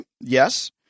Yes